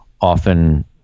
often